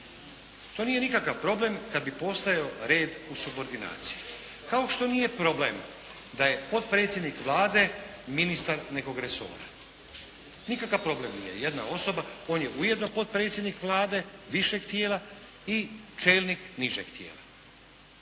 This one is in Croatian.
To nije nikakav problem kad bi postojao red u subordinaciji. Kao što nije problem da je potpredsjednik Vlade ministar nekog resora. Nikakav problem nije, jedna osoba, on je ujedno potpredsjednik Vlade višeg tijela i čelnik nižeg tijela.